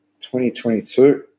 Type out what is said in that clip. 2022